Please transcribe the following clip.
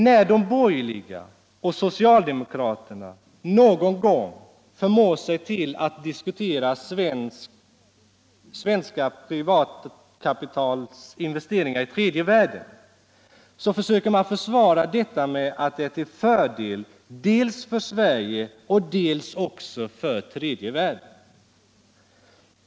När de borgerliga och socialdemokraterna någon gång förmår sig till att diskutera svenskt privatkapitals investeringar i tredje världen, försöker de försvara detta med att det är till fördel dels för Sverige. dels också för tredje världen.